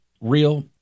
real